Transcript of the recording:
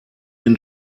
den